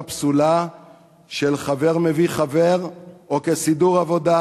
פסולה של "חבר מביא חבר" או כסידור עבודה.